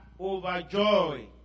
overjoyed